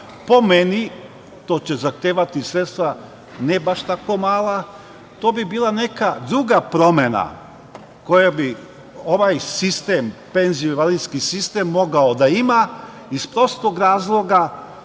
Po meni, to će zahtevati sredstva ne baš tako mala. To bi bila neka druga promena koju bi ovaj sistem, penzijsko-invalidski sistem mogao da ima iz prostog razloga